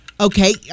Okay